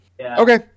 Okay